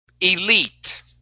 elite